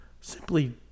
simply